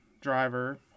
driver